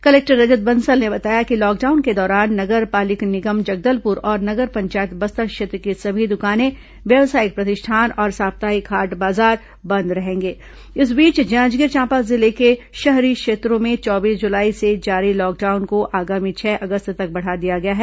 collector Rajat Bansal ने बताया कि लॉकडाउन के दौरान नगर पालिक निगम जगदलपुर और नगर पंचायत बस्तर क्षेत्र की सभी दुकानें व्यावसायिक प्रतिष्ठान और साप्ताहिक बाजार हाट बंद रहेंगे इस बीच जांजगीर चांपा जिले के शहरी क्षेत्रों में चौबीस जुलाई से जारी लॉकडाउन को आगामी छह अगस्त तक बढ़ा दिया गया है